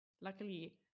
luckily